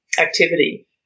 activity